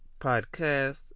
Podcast